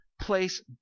place